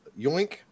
Yoink